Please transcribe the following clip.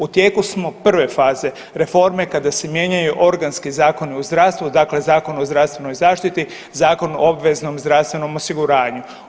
U tijeku smo prve faze reforme kada se mijenjaju organski zakoni u zdravstvu dakle Zakon o zdravstvenoj zaštiti, Zakon o obveznom zdravstvenom osiguranju.